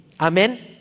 Amen